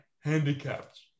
handicapped